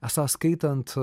esą skaitant